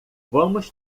vamos